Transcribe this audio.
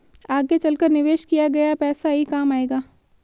आगे चलकर निवेश किया गया पैसा ही काम आएगा